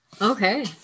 okay